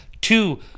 two